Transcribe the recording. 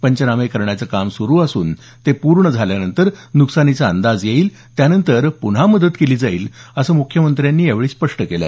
पंचनामे करण्याचं काम सुरु असून ते पूर्ण झाल्यानंतर नुकसानीचा अंदाज येईल त्यानंतर पुन्हा मदत केली जाईल असं मुख्यमंत्री ठाकरे यांनी यावेळी स्पष्ट केलं